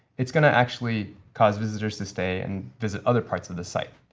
it's going to actually cause visitors to stay and visit other parts of the site.